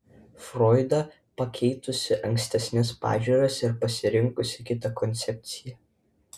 froidą pakeitusi ankstesnes pažiūras ir pasirinkusį kitą koncepciją